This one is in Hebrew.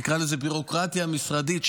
הביורוקרטיה המשרדית,